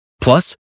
Plus